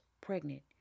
pregnant